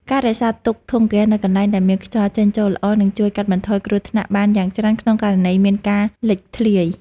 ការរក្សាទុកធុងហ្គាសនៅកន្លែងដែលមានខ្យល់ចេញចូលល្អនឹងជួយកាត់បន្ថយគ្រោះថ្នាក់បានយ៉ាងច្រើនក្នុងករណីមានការលេចធ្លាយ។